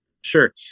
Sure